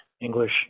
English